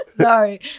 sorry